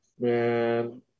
man